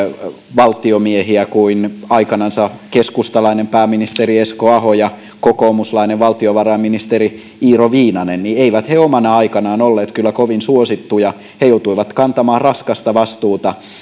valtiomiehiä kuin aikanansa keskustalainen pääministeri esko aho ja kokoomuslainen valtiovarainministeri iiro viinanen niin eivät he omana aikanaan olleet kyllä kovin suosittuja he joutuivat kantamaan raskasta vastuuta